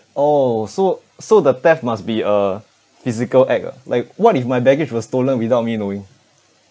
oh so so the theft must be a physical act ah like what if my baggage was stolen without me knowing